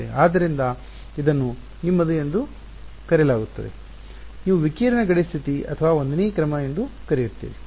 ಆದ್ದರಿಂದ ಇದನ್ನು ನಿಮ್ಮದು ಎಂದು ಕರೆಯಲಾಗುತ್ತದೆ ನೀವು ವಿಕಿರಣ ಗಡಿ ಸ್ಥಿತಿ ಅಥವಾ 1 ನೇ ಕ್ರಮ ಎಂದು ಕರೆಯುತ್ತೀರಿ